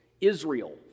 Israel